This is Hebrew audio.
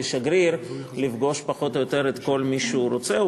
כשגריר לפגוש פחות או יותר את כל מי שהוא רוצה.